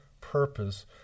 purpose